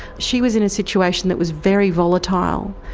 she was in a situation that was very volatile.